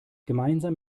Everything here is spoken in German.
gemeinsam